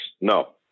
No